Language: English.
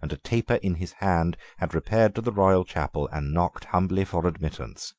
and a taper in his hand, had repaired to the royal chapel and knocked humbly for admittance